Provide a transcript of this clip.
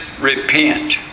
repent